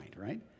right